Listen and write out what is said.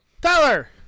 Tyler